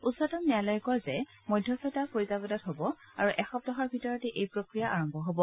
উচ্চতম ন্যায়ালয়ে কয় যে মধ্যস্থতা ফৈজাবাদত হ'ব আৰু এসপ্তাহৰ ভিতৰতে এই প্ৰক্ৰিয়া আৰম্ভ হ'ব